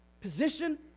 position